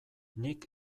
nik